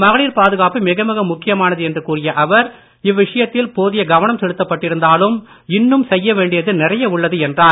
மகளிர் பாதுகாப்பு மிகமிக முக்கியமானது என்று கூறிய அவர் இவ்விஷயத்தில் போதிய கவனம் செலுத்தப் பட்டிருந்தாலும் இன்னும் செய்யவேண்டியது நிறைய உள்ளது என்றார்